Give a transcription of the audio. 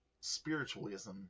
spiritualism